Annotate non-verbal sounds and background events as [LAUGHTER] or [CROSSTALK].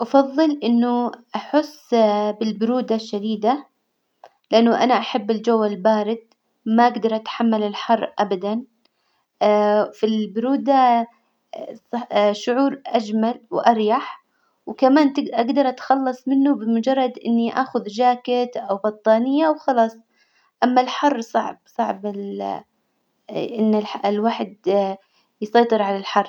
أفظل إنه أحس [HESITATION] بالبرودة الشديدة، لإنه أنا أحب الجو البارد، ما أجدر أتحمل الحر ابدا [HESITATION] في البرودة [HESITATION] شعور أجمل وأريح، وكمان تج- أجدر أتخلص منه بمجرد إني أخذ جاكيت أو بطانية وخلاص، أما الحر صعب- صعب ال [HESITATION] إن الواحد يسيطر على الحر.